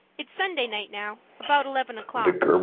it's sunday night now, about eleven o'clock,